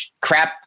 crap